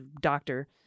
doctor